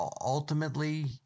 ultimately